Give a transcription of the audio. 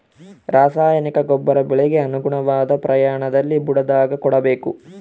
ರಾಸಾಯನಿಕ ಗೊಬ್ಬರ ಬೆಳೆಗೆ ಅನುಗುಣವಾದ ಪ್ರಮಾಣದಲ್ಲಿ ಬುಡದಾಗ ಕೊಡಬೇಕು